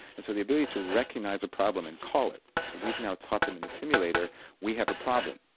and so the ability to recognise a problem and call it, so we've now taught them in the simulator we have a problem,